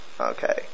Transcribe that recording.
Okay